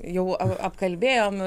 jau apkalbėjom